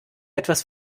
etwas